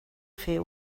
fer